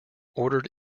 ordered